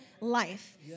life